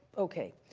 okay.